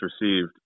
received